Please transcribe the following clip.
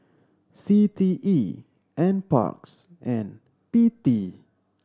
C T E Nparks and P T